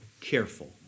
careful